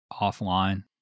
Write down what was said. offline